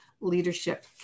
Leadership